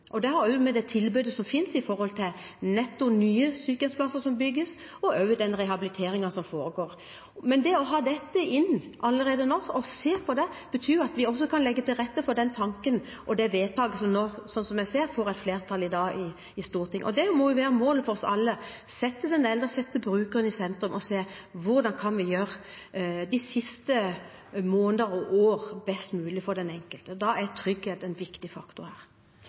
Det har også å gjøre med det tilbudet som finnes med hensyn til netto nye sykehjemsplasser som bygges, og også den rehabiliteringen som foregår. Men det å ta dette inn allerede nå og se på det betyr at vi også kan legge til rette for den tanken, og slik det ser ut, vil det få flertall i dag i Stortinget. Det som må være målet for oss alle, er å sette seg ned og sette brukeren i sentrum og se hvordan vi kan gjøre de siste måneder og år best mulig for den enkelte. Da er trygghet en viktig faktor her.